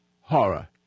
horror